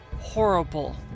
horrible